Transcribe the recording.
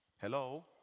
Hello